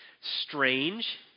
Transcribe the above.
strange